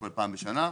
פעם בשנה,